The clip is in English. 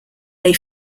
they